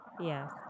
Yes